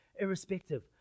irrespective